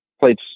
played